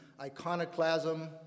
iconoclasm